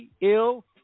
ill